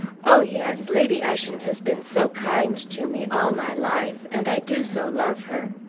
oh yes! lady ushant has been so kind to me all my life! and i do so love her!